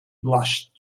blushed